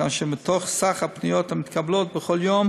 כאשר מתוך סך הפניות המתקבלות בכל יום